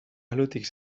alutik